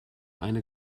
eine